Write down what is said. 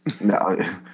No